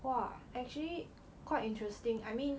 !wah! actually quite interesting I mean